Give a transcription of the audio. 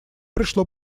пришло